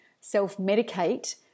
self-medicate